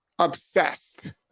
Obsessed